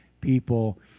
people